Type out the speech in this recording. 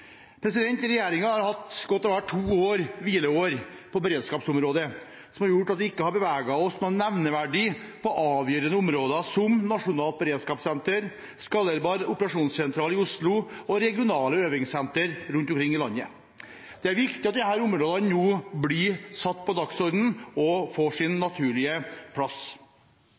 har hatt godt og vel to år – hvileår – på beredskapsområdet, som har gjort at vi ikke har beveget oss nevneverdig på avgjørende områder som nasjonalt beredskapssenter, skalerbar operasjonssentral i Oslo og regionale øvingssenter rundt omkring i landet. Det er viktig at disse områdene nå blir satt på dagsordenen og får sin